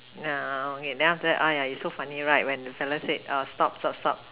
yeah okay then after that !aiya! is so funny right when the fellow said uh stop stop stop